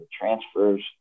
transfers